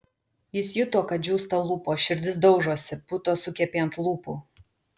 jis juto kad džiūsta lūpos širdis daužosi putos sukepė ant lūpų